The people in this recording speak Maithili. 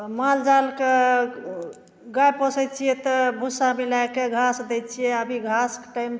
मालजालके गाइ पोसै छिए तऽ भुस्सा मिलाके घास दै छिए अभी घासके टाइम